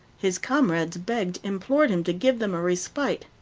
his comrades begged, implored him to give them a respite.